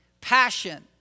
passion